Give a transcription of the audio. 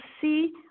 see